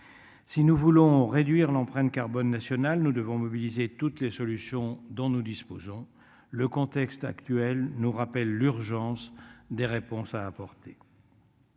Si nous voulons réduire l'empreinte carbone nationale, nous devons mobiliser toutes les solutions dont nous disposons. Le contexte actuel nous rappelle l'urgence des réponses à apporter.